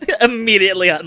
immediately